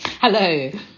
Hello